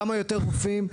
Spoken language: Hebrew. כמה יותר רופאים?